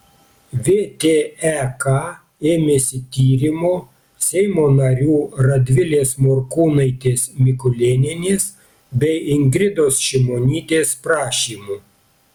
vtek ėmėsi tyrimo seimo narių radvilės morkūnaitės mikulėnienės bei ingridos šimonytės prašymu